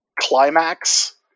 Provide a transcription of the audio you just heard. climax